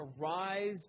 arise